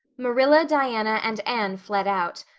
marilla, diana, and anne fled out,